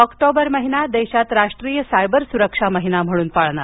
October महिना देशात राष्ट्रीय सायबर सुरक्षा महिना म्हणून पाळणार